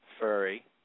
furry